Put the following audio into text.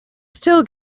still